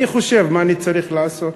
אני חושב מה אני צריך לעשות.